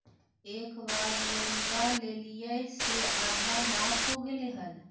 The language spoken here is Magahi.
एक बार लोनवा लेलियै से आधा माफ हो गेले हल?